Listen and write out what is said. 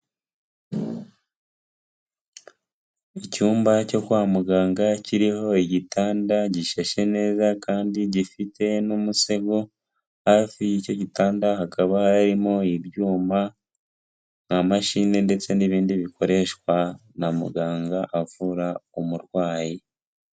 Icyumba cyo kwa muganga kiriho igitanda gishashe neza kandi gifite n'umusego, hafi y'icyo gitanda hakaba harimo ibyuma, nka mashini ndetse n'ibindi bikoreshwa na muganga avura umurwayi.